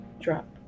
drop